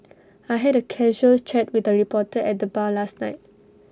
I had A casual chat with A reporter at the bar last night